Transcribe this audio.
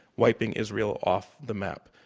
wiping israel off the map.